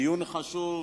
דיון חשוב,